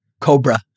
Cobra